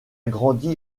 grandi